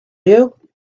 you